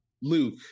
luke